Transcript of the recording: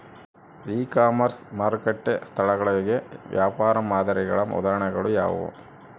E commerce ಮಾರುಕಟ್ಟೆ ಸ್ಥಳಗಳಿಗೆ ವ್ಯಾಪಾರ ಮಾದರಿಗಳ ಉದಾಹರಣೆಗಳು ಯಾವುವು?